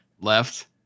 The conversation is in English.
left